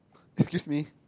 excuse me